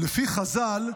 לפי חז"ל,